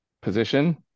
position